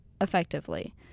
effectively